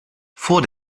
vor